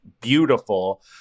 beautiful